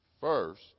first